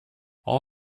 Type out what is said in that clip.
all